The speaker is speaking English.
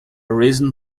reason